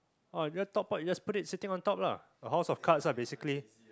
orh top part you just put it sitting on top lah a house of cards ah basically